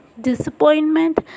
disappointment